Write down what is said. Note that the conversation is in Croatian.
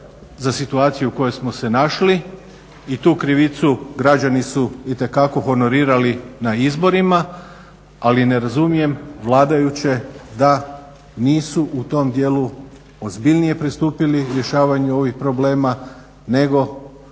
za situaciju u kojoj smo se našli i tu krivicu građani su itekako honorirali na izborima. Ali ne razumijem vladajuće da nisu u tom dijelu ozbiljnije pristupili rješavanju ovih problema nego